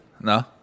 No